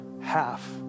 half